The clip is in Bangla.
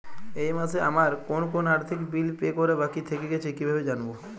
এই মাসে আমার কোন কোন আর্থিক বিল পে করা বাকী থেকে গেছে কীভাবে জানব?